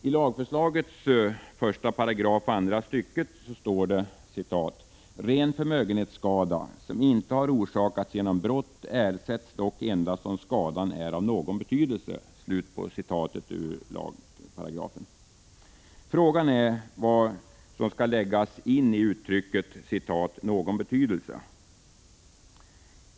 I lagförslagets 1 § andra stycket står: ”Ren förmögenhetsskada som inte har orsakats genom brott ersätts dock endast om skadan är av någon betydelse.” Frågan är vad som skall läggas in i uttrycket ”någon betydelse”.